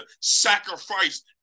sacrifice